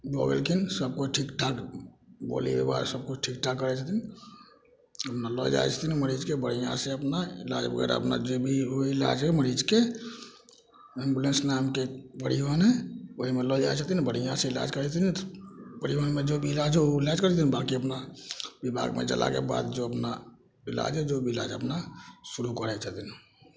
भऽ गेलखिन सब कोइ ठीक ठाक बोली व्यवहार सब किछु ठीक ठाक करै छथिन अपना लए जाइ छथिन मरीजके बढ़िऑं से अपना इलाज बगैरह अपना जे भी इलाज होइ है मरीजके एम्बुलेंस नामके परिबहन है ओहिमे लऽ जाइ छथिन बढ़िऑं से इलाज करै छथिन परिबहनमे जो भी इलाज ओ इलाज करै छथिन बाँकी अपना बिभागमे जेलाके बाद जो अपना इलाज है जो भी इलाज अपना शुरू करै छथिन